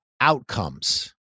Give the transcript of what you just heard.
outcomes